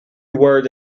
word